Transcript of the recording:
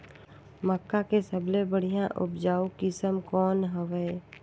मक्का के सबले बढ़िया उपजाऊ किसम कौन हवय?